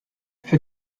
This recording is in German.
für